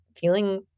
feeling